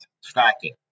stacking